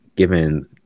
given